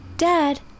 Dad